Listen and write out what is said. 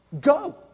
Go